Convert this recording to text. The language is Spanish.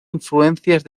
influencias